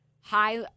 high